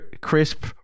crisp